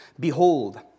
Behold